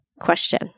Question